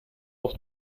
auf